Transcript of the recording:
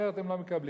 אחרת הם לא מקבלים.